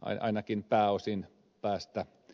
ainakin pääosin päästä eroon